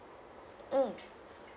mm